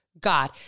God